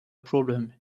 problem